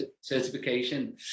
Certification